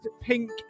Pink